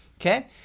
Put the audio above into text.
Okay